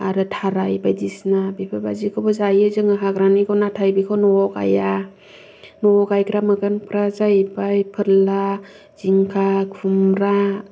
आरो थाराय बायदिसिना बेफोरबायदिखौबो जायो जोङो हाग्रानिखौ नाथाय बेखौ न'आव गाया न'आव गायग्रा मैगंफोरा जाहैबाय फोरला जिंखा खुम्रा